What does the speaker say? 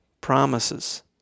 promises